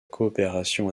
coopération